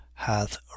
hath